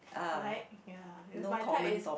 right ya if it's my type it's